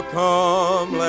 come